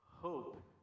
hope